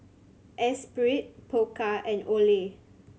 Espirit Pokka and Olay